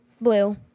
Blue